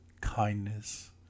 kindness